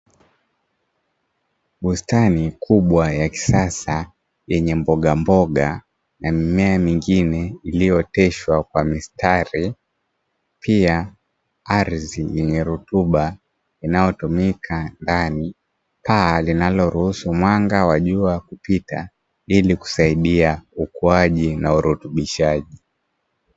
Bustani kubwa ya kisasa yenye mbogamboga na mimea mingine iliyooteshwa kwa mistari, pia ardhi yenye rutuba inayotumika ndani. Paa linaloruhusu mwanga wa jua kupita ili kusaidia ukuaji na urutubishaji.